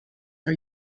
are